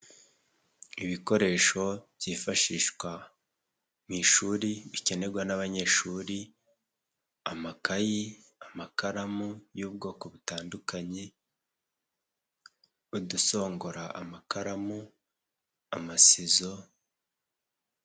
Ibikoresho byifashishwa, mu ishuri, bikenerwa n'abanyeshuri. amakayi, amakaramu y'ubwoko butandukanye. Udusongora amakaramu, amasizo.